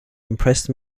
impressed